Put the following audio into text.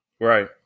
Right